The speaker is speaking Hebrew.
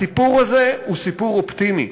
הסיפור הזה הוא סיפור אופטימי,